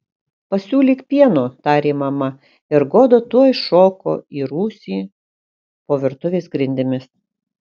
pasiūlyk pieno tarė mama ir goda tuoj šoko į rūsį po virtuvės grindimis